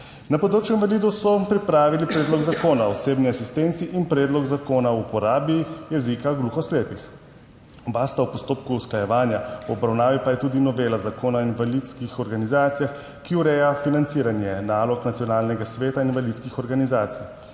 Na področju invalidov so pripravili predlog zakona o osebni asistenci in predlog zakona o uporabi jezika gluhoslepih. Oba sta v postopku usklajevanja. V obravnavi pa je tudi novela zakona o invalidskih organizacijah, ki ureja financiranje nalog nacionalnega sveta invalidskih organizacij.